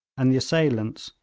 and the assailants,